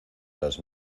las